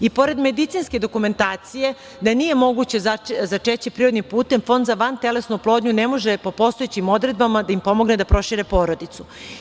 I pored medicinske dokumentacije da nije moguće začeće prirodnim putem, Fond za vantelesnu oplodnju ne može po postojećim odredbama da im pomogne da prošire porodicu.